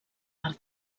art